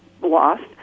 lost